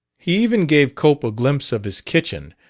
he even gave cope a glimpse of his kitchen,